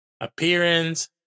Appearance